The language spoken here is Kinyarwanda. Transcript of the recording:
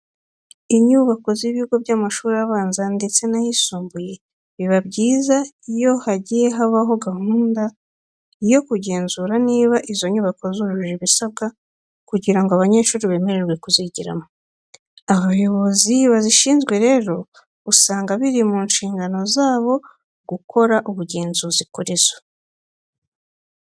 Inyubako z'ibigo by'amashuri abanza ndetse n'ayisumbuye biba byiza iyo hagiye habaho gahunda yo kugenzura niba izo nyubako zujuje ibisabwa kugira ngo abanyeshuri bemererwe kuzigiramo. Abayobozi bazishinzwe rero usanga biri mu nshingano zabo gukora ubugenzuzi kuri zo.